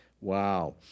Wow